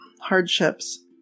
hardships